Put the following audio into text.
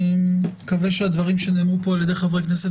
אני מקווה שהדברים שנאמרו כאן על ידי חברי הכנסת